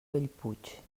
bellpuig